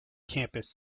campus